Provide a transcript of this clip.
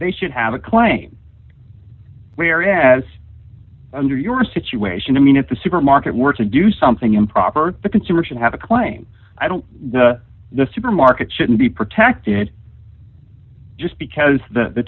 they should have a claim whereas under your situation i mean if the supermarket were to do something improper the consumer should have a claim i don't know the supermarket shouldn't be protected just because the t